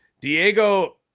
Diego